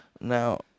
Now